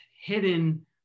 hidden